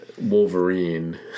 Wolverine